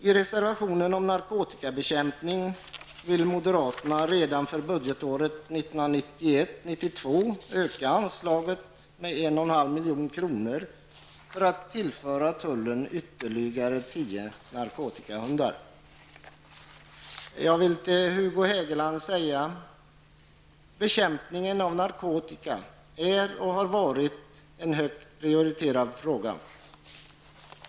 I reservationen om narkotikabekämpning vill moderaterna redan för budgetåret 1991/92 öka anslaget med 1,5 milj.kr. för att tillföra tullen ytterligare tio narkotikahundar. Jag vill till Hugo Hegeland säga att bekämpningen av narkotika är och har varit en högt prioriterad fråga.